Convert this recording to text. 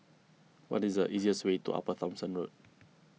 what is the easiest way to Upper Thomson Road